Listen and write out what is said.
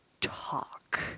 talk